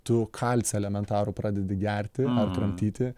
tu kalcį elementarų pradedi gerti ar kramtyti